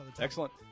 Excellent